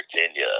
Virginia